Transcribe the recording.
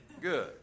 good